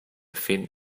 faint